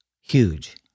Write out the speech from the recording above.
huge